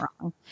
wrong